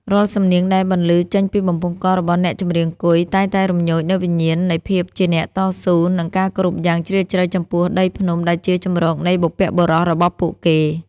រាល់សំនៀងដែលបន្លឺចេញពីបំពង់ករបស់អ្នកចម្រៀងគុយ តែងតែរំញោចនូវវិញ្ញាណនៃភាពជាអ្នកតស៊ូ និងការគោរពយ៉ាងជ្រាលជ្រៅចំពោះដីភ្នំដែលជាជម្រកនៃបុព្វបុរសរបស់ពួកគេ។